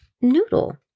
Noodle